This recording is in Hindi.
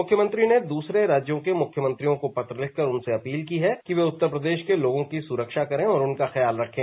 मुख्यमंत्री ने दूसरे राज्यों के मुख्यमंत्रियों को पत्र लिखकर उनसे अपील की है कि वे उत्तर प्रदेश के लोगों की सुरक्षा करें और उनका ख्याल रखें